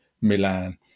Milan